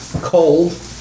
cold